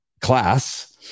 class